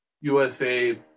USA